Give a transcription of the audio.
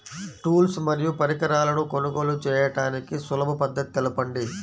Tools మరియు పరికరాలను కొనుగోలు చేయడానికి సులభ పద్దతి తెలపండి?